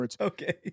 Okay